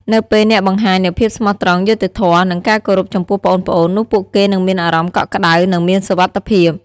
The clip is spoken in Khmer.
នៅពេលអ្នកបង្ហាញនូវភាពស្មោះត្រង់ យុត្តិធម៌ និងការគោរពចំពោះប្អូនៗ នោះពួកគេនឹងមានអារម្មណ៍កក់ក្ដៅ និងមានសុវត្ថិភាព ។